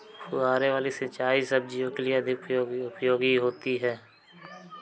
फुहारे वाली सिंचाई सब्जियों के लिए अधिक उपयोगी होती है?